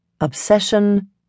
obsession